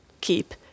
keep